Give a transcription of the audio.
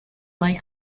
like